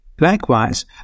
Likewise